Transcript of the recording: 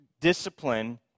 discipline